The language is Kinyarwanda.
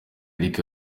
eric